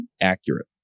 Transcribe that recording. accurate